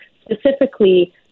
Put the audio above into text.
specifically